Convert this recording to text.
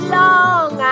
long